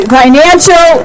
financial